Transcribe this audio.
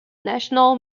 national